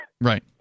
Right